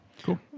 Cool